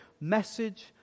message